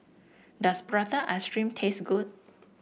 does Prata Ice Cream taste good